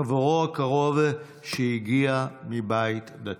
חברו הקרוב שהגיע מבית דתי,